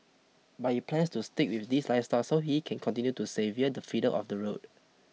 but he plans to stick with this lifestyle so he can continue to savour the freedom of the road